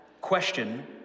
question